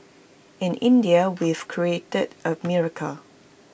in India we've created A miracle